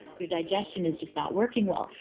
your digestion is just not working well.